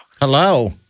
Hello